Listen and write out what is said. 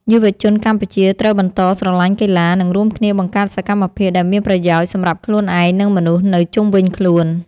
យុវជនកម្ពុជាត្រូវបន្តស្រឡាញ់កីឡា និងរួមគ្នាបង្កើតសកម្មភាពដែលមានប្រយោជន៍សម្រាប់ខ្លួនឯង និងមនុស្សនៅជុំវិញខ្លួន។